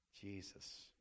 Jesus